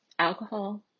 Alcohol